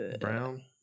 Brown